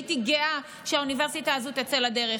והייתי גאה שהאוניברסיטה הזאת תצא לדרך.